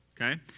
okay